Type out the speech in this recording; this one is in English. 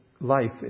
life